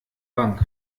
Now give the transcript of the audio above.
bank